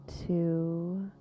two